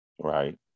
Right